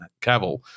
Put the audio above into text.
Cavill